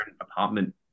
apartment